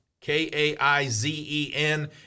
K-A-I-Z-E-N